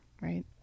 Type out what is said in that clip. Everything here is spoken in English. Right